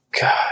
God